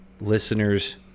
listeners